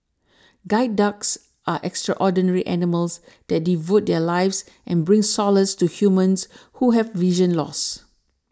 guide dogs are extraordinary animals that devote their lives and bring solace to humans who have vision loss